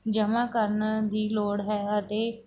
ਜਮ੍ਹਾਂ ਕਰਨ ਦੀ ਲੋੜ ਹੈ ਅਤੇ